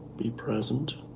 be present.